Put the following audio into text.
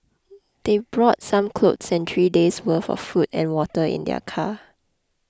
they brought some clothes and three days' worth of food and water in their car